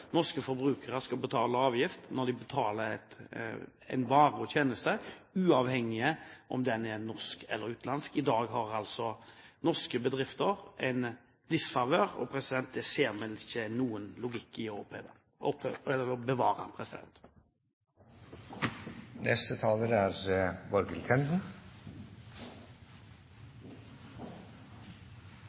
norske forbrukere skal betale avgift når de betaler en vare eller en tjeneste, uavhengig av om den er norsk eller utenlandsk. I dag er norske bedrifter i disfavør, og det ser vi ikke noen logikk i å bevare.